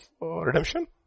redemption